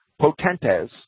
Potentes